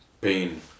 pain